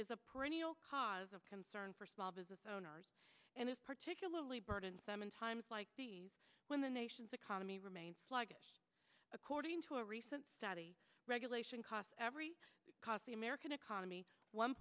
is a perennial cause of concern for small business owners and is particularly burdensome in times like these when the nation's economy remains according to a recent study regulation costs every cost the american economy one